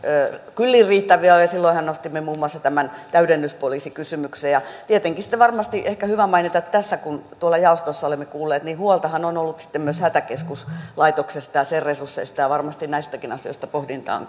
kyllin riittäviä ole ja silloinhan nostimme esille muun muassa tämän täydennyspoliisikysymyksen tietenkin on sitten varmasti hyvä mainita tässä kun tuolla jaostossa olemme kuulleet että huoltahan on ollut sitten myös hätäkeskuslaitoksesta ja sen resursseista ja varmasti näistäkin asioista pohdintaa on